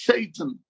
Satan